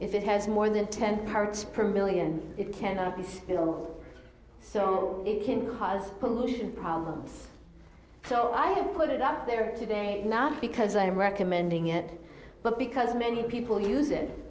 if it has more than ten parts per million it cannot be all so it can cause pollution problems so i have put it up there today not because i am recommending it but because many people use it